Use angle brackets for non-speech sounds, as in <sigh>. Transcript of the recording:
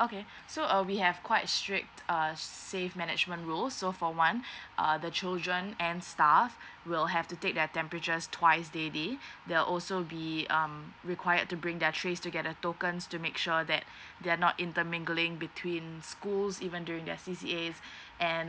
okay so uh we have quite strict err save management rule so for one <breath> uh the children and stuff will have to take their temperatures twice daily they'll also be um required to bring their trays to get their tokens to make sure that <breath> they're not inter mingling between schools even during their C_C_A and